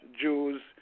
Jews